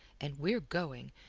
and we're going,